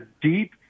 deep